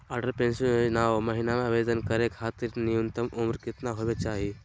Atal pension Yojana महिना आवेदन करै खातिर न्युनतम उम्र केतना होवे चाही?